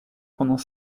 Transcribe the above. pendant